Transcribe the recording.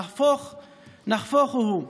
נהפוך הוא,